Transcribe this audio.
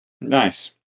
Nice